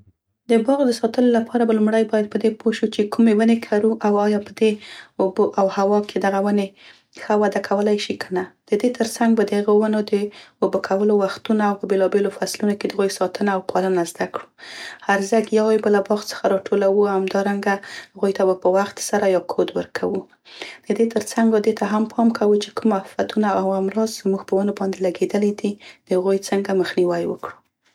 د باغ د ساتلو لپاره به لومړی باید په دې پوه شو چې کومې ونې کرو او ایا په دې اوبه او هوا کې دغه ونې ښه وده کولای شي، که نه. د دې تر څنګ به د هغو ونې د اوبه کولو وختونه او په بیلابیلو فصلونو کې دې هغوی ساتنه او پالنه زده کړو. هرزه ګیاوې به له باغ څخه راټولو، همدارنګه هغوی ته به په وخت سره یا کود ورکوو. د دې تر څنګ به دې ته هم پام کوو چې کوم افتونه او امراض زموږ په ونو باندې لګیدلي دي، د هغوی څنګه مخنیوی وکړو.